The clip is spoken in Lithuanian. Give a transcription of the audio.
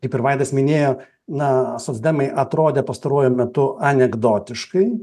kaip ir vaidas minėjo na socdemai atrodė pastaruoju metu anekdotiškai